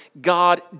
God